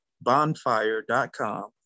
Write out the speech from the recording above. bonfire.com